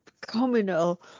communal